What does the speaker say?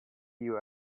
you